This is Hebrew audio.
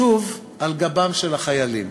שוב, על גבם של החיילים.